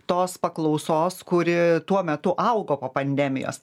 tos paklausos kuri tuo metu augo po pandemijos